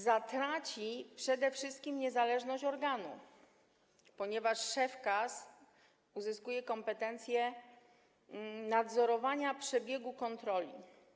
Zatraci przede wszystkim niezależność organu, ponieważ szef KAS uzyskuje kompetencje nadzorowania przebiegu kontroli.